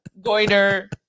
goiter